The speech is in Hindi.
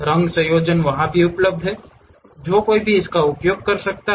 रंग संयोजन वहां भी उपलब्ध हैं जो कोई भी इसका उपयोग कर सकता है